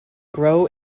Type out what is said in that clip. grow